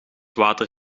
water